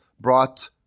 brought